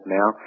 now